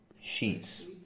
sheets